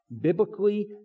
biblically